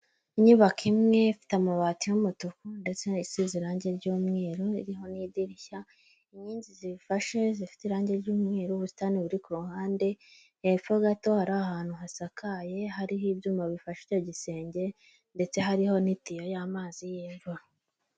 inyubako imwe ifite amabati y'umutuku ndetse isize irangi ry'umweru ririho n'idirishya inkingi zifashe zifite irangi ry'umweru ubusitani buri ku ruhande hepfo gato hari ahantu hasakaye hariho ibyuma bifashe icyo gisenge ndetse hariho n'tiyo y'amazi y'imvara.